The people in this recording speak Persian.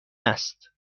است